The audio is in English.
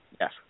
Yes